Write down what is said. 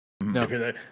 No